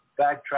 backtrack